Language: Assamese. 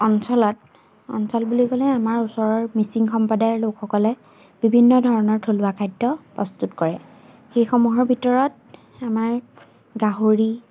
অঞ্চলত অঞ্চল বুলি ক'লে আমাৰ ওচৰৰ মিচিং সম্প্ৰদায়ৰ লোকসকলে বিভিন্ন ধৰণৰ থলুৱা খাদ্য প্ৰস্তুত কৰে সেইসমূহৰ ভিতৰত আমাৰ গাহৰি